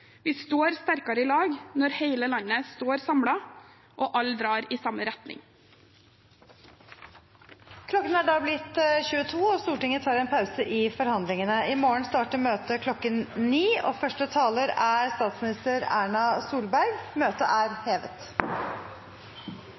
Vi står sterkere i lag når hele landet står samlet og alle drar i samme retning. Klokken er da blitt 22, og Stortinget tar en pause i forhandlingene. I morgen starter møtet klokken 9, og første taler er statsminister Erna Solberg. – Møtet er hevet.